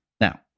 Now